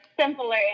simpler